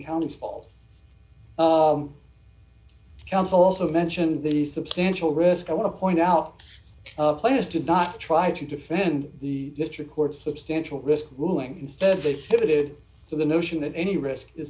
counties fault counsel also mentioned the substantial risk i want to point out of players did not try to defend the district court substantial risk ruling instead they fitted to the notion that any risk is